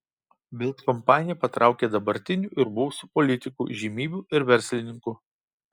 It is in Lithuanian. bild kampanija patraukė dabartinių ir buvusių politikų įžymybių ir verslininkų